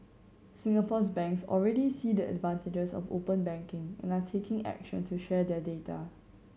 Singapore's banks already see the advantages of open banking and are taking action to share their data